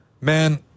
Man